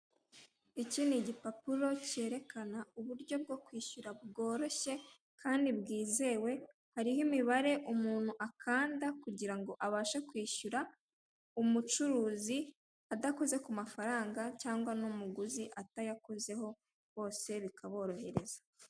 Iki ni igipapuro cyerekana uburyo bwo kwishyura bworoshye kandi bwizewe, hariho imibare umuntu akanda kugira ngo ibafashe kwishyura, umucuruzi adakoze ku mafaranga cyangwa n'umugozi atayakozeho bose bikaborohereza.